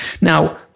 Now